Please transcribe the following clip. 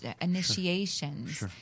initiations